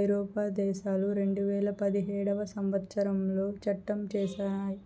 ఐరోపా దేశాలు రెండువేల పదిహేడవ సంవచ్చరంలో చట్టం చేసినయ్